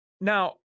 Now